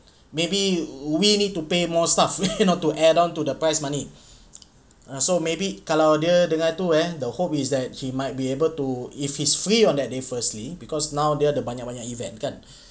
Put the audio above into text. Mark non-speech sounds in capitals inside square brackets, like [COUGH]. maybe we need to pay more stuff [LAUGHS] you know to add on to the prize money ah so maybe kalau dia dengar tu eh the hope is that he might be able to if he's free on that day firstly because now dia ada banyak banyak event kan